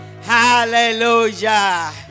Hallelujah